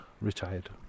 retired